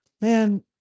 man